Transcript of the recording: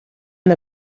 the